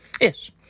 Yes